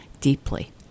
deeply